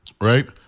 Right